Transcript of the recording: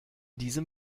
diesem